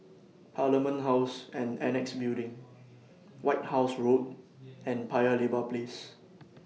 Parliament House and Annexe Building White House Road and Paya Lebar Place